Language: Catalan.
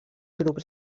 grups